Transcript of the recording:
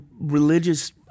religious